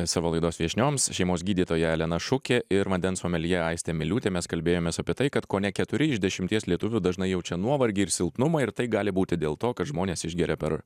savo laidos viešnioms šeimos gydytoja elena šukė ir vandens someljė aistė miliūtė mes kalbėjomės apie tai kad kone keturi iš dešimties lietuvių dažnai jaučia nuovargį ir silpnumą ir tai gali būti dėl to kad žmonės išgeria per